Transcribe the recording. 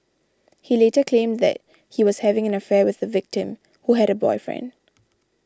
he later claimed that he was having an affair with the victim who had a boyfriend